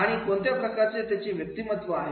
आणि कोणत्या प्रकारचा त्याचे व्यक्तिमत्त्व आहे